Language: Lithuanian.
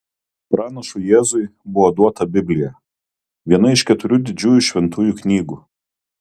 pranašui jėzui buvo duota biblija viena iš keturių didžiųjų šventųjų knygų